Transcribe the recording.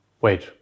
Wait